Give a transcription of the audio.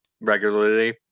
regularly